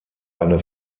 eine